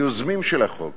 היוזמים של החוק